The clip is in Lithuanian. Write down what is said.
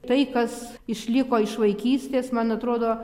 tai kas išliko iš vaikystės man atrodo